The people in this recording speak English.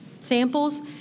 samples